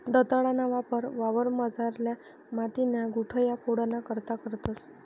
दंताळाना वापर वावरमझारल्या मातीन्या गुठया फोडाना करता करतंस